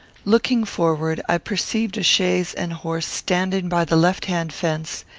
looking forward, i perceived a chaise and horse standing by the left-hand fence,